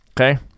okay